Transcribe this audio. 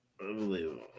Unbelievable